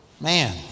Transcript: Man